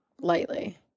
Lightly